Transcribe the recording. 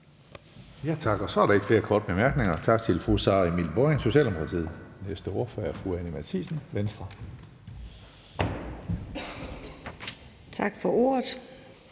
Tak For ordet.